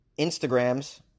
Instagrams